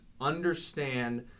understand